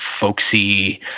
folksy